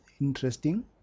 interesting